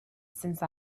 since